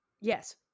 Yes